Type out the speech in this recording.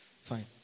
Fine